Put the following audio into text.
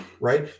Right